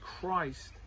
christ